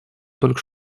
только